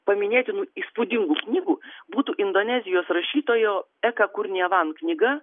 paminėtinų įspūdingų knygų būtų indonezijos rašytojo eka kur nievan knyga